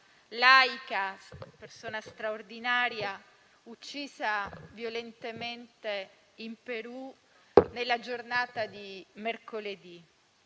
laica, una persona straordinaria, uccisa violentemente in Perù, nella giornata di mercoledì.